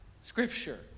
scripture